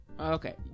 Okay